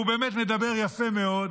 והוא באמת מדבר יפה מאוד,